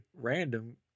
random